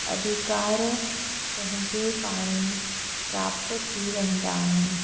अधिकार पंहिंजे पाण ई प्राप्त थी रहंदा आहिनि